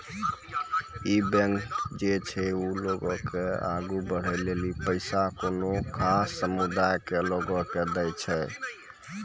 इ बैंक जे छै वें लोगो के आगु बढ़ै लेली पैसा कोनो खास समुदाय के लोगो के दै छै